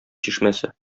чишмәсе